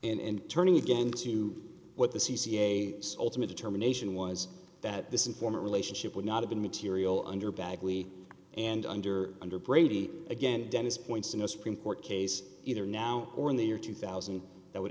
in turning again to what the c c a ultimate determination was that this informant relationship would not have been material under bagley and under under brady again dennis points in a supreme court case either now or in the year two thousand that would